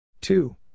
two